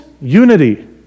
unity